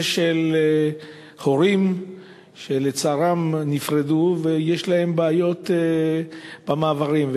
ההורים לצערם נפרדו ויש להם בעיות במעברים.